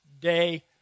day